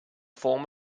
form